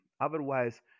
Otherwise